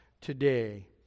today